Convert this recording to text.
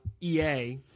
EA